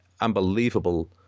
unbelievable